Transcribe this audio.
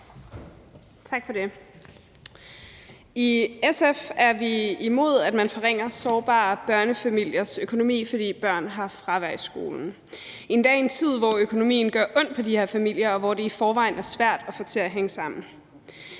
I SF er vi imod, at man forringer sårbare børnefamiliers økonomi, fordi børn har fravær i skolen – endda i en tid, hvor økonomien gør ondt på de her familier, og hvor det i forvejen er svært at få det til at hænge sammen.